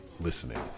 listening